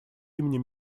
имени